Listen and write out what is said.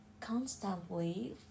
constantly